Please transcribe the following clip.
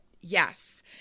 Yes